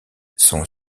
sont